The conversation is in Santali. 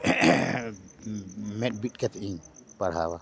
ᱢᱮᱫ ᱵᱤᱫ ᱠᱟᱛᱮᱼᱤᱧ ᱯᱟᱲᱦᱟᱣᱟ